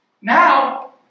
Now